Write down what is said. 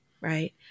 right